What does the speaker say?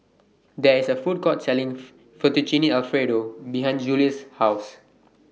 There IS A Food Court Selling Fettuccine Alfredo behind Julious' House